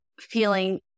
feeling